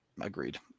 Agreed